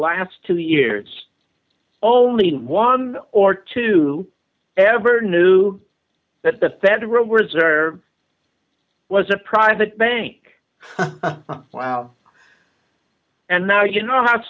last two years only one or two ever knew that the federal reserve was a private bank wow and now you know ho